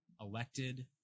elected